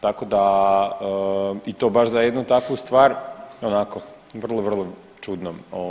Tako da i to baš za jednu takvu stvar, onako vrlo, vrlo čudno.